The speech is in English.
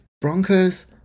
Broncos